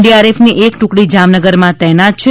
D આરએફની એક ટુકડી જામનગર માં તૈનાત છે